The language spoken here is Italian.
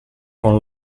con